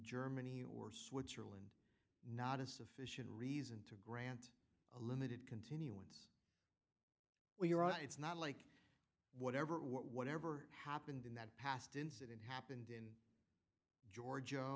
germany or switzerland not a sufficient reason to grant a limited contin well you're right it's not like whatever whatever happened in that past incident happened in georgia